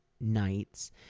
nights